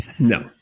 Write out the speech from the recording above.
no